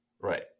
Right